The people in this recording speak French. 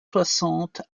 soixante